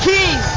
King